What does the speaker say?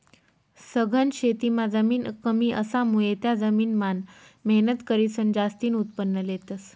सघन शेतीमां जमीन कमी असामुये त्या जमीन मान मेहनत करीसन जास्तीन उत्पन्न लेतस